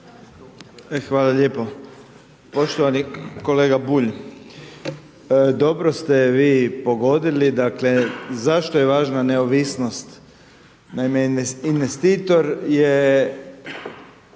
hvala lijepo. Poštovani kolega Bulj, dobro ste vi pogodili, dakle zašto je važna neovisnost. Naime, investitor je